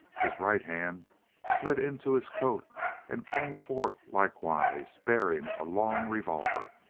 his right hand slid into his coat and came forth likewise bearing a long revolver.